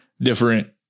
different